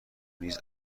نیز